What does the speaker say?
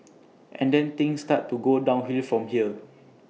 and then things start to go downhill from here